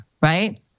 right